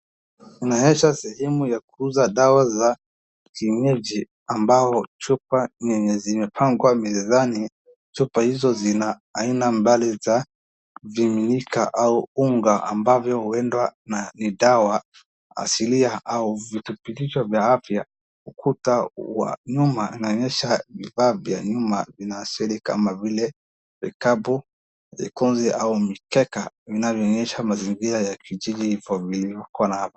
Inaonyesha sehemu ya kuuza dawa za kienyeji ambayo chupa ni yenye zimepangwa mezani. Chupa hizo zina aina mbali za viminika au unga ambayo huenda ni dawa asilia au virutubisho vya afya. Ukuta wa nyuma inaonyesha vifaa vya nyuma vya asili kama vile vikapu, vikundi au mikeka inayoonyesha mazingira ya kijiji.